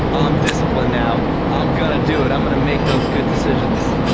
um discipline now. i am going to do it. i am going to make those good decisions.